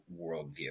worldview